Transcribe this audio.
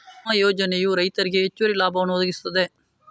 ಕುಸುಮ ಯೋಜನೆಯು ರೈತರಿಗೆ ಹೆಚ್ಚುವರಿ ಲಾಭವನ್ನು ಒದಗಿಸುತ್ತದೆ